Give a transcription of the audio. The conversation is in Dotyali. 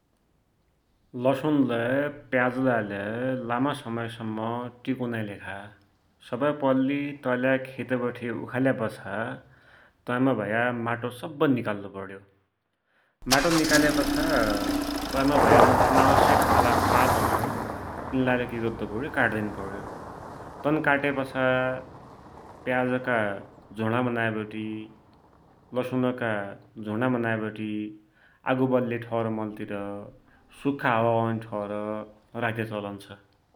लसुनलै प्याजलाइलै लामा समयसम्म टिकुनाकी लेखा सवहै पैल्ली तै लाई खेतवठे उखाल्यापाछा तै मा भया माटो सबै निकाल्लु पड्‌यो । माटो निकाल्या पाछा तैमा भया अनावश्यक खालका पात हुनान, तिनलाई लै काट्टु पड्‌यो तन काट्या प्याजका झुणा बनाइवटि, लसुन का झुणा बनाइवटि आगो वाल्या ठौर मन्तिर सुख्खा हावा औन्या ठौर राख्द्‌या चलन छ।